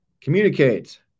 Communicate